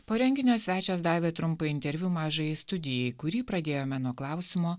po renginio svečias davė trumpą interviu mažajai studijai kurį pradėjome nuo klausimo